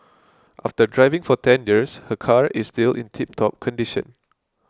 after driving for ten years her car is still in tiptop condition